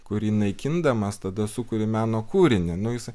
kurį naikindamas tada sukuri meno kūrinį nu jisai